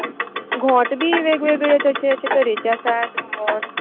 गोट बी वेगवेगळे तशे अशे तरेचे आसात गोट